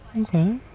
Okay